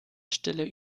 stille